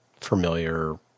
familiar